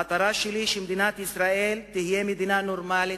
המטרה שלי היא שמדינת ישראל תהיה מדינה נורמלית,